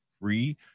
free